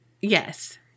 Yes